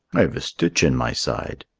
i have a stitch in my side.